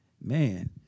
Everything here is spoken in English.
man